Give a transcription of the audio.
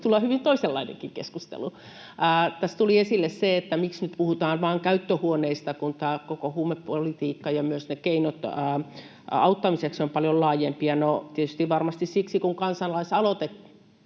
tulla hyvin toisenlainenkin keskustelu. Tässä tuli esille se, miksi nyt puhutaan vain käyttöhuoneista, kun tämä koko huumepolitiikka ja myös ne keinot auttamiseksi ovat paljon laajempia. No, tietysti varmasti siksi, kun kansalaisaloite